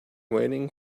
waiting